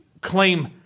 claim